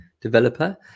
developer